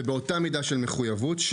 באותה מידה של מחויבות,